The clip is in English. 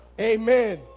Amen